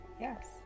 yes